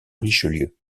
richelieu